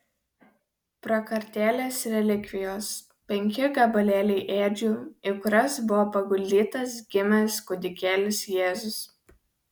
prakartėlės relikvijos penki gabalėliai ėdžių į kurias buvo paguldytas gimęs kūdikėlis jėzus